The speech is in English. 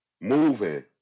moving